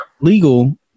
legal